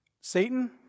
Satan